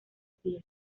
pie